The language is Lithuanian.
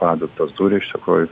po adatos dūrio iš tikrųjų